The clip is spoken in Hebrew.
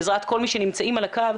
בעזרת כל מי שנמצאים על הקו,